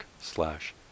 slash